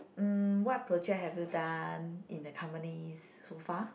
mm what project have you done in the companies so far